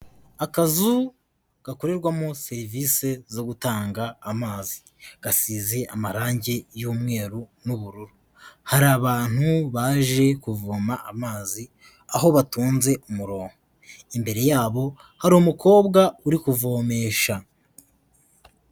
Akazu gakorerwamo serivise zo gutanga amazi, gasize amarangi y'umweru n'ubururu, hari abantu baje kuvoma amazi, aho batunze umuronko, imbere yabo hari umukobwa uri kuvomesha.